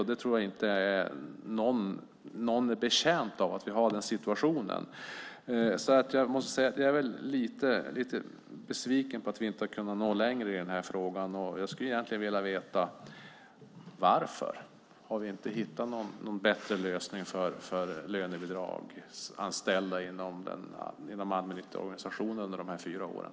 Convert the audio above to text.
Jag tror inte att någon är betjänt av att vi har den situationen. Jag är lite besviken på att vi inte kunnat nå längre i den här frågan. Jag skulle vilja veta varför vi inte hittat någon bättre lösning för lönebidragsanställda inom allmännyttiga organisationer under de här fyra åren.